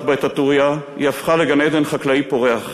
בה את הטורייה היא הפכה לגן-עדן חקלאי פורח.